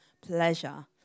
pleasure